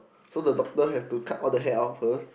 so the doctor have to cut all the hair out first